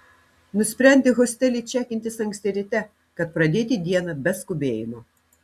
nusprendė hostely čekintis anksti ryte kad pradėti dieną be skubėjimo